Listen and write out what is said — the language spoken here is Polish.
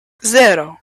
zero